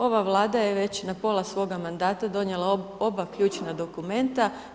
Ova vlada je već na pola svoga mandata donijela oba ključna dokumenta.